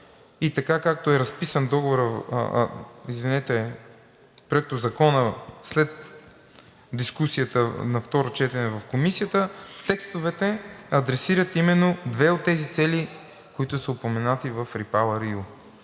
и така, както е разписан Законопроектът след дискусията на второ четене в Комисията, текстовете адресират именно две от тези цели, които са упоменати в REPowerEU.